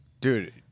dude